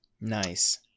Nice